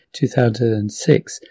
2006